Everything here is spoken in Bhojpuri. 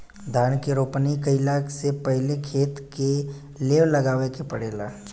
धान के रोपनी कइला से पहिले खेत के लेव लगावे के पड़ेला